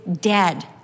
dead